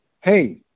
Hey